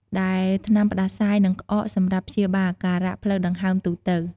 ដែលថ្នាំផ្តាសាយ និងក្អក សម្រាប់ព្យាបាលអាការៈផ្លូវដង្ហើមទូទៅ។